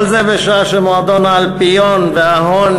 כל זה בשעה שמועדון האלפיון וההון,